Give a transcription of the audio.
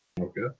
Okay